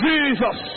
Jesus